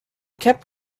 kept